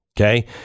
okay